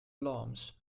alarms